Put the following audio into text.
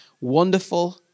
Wonderful